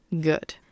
good